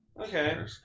Okay